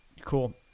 Cool